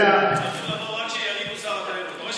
שיריב הוא שר התיירות.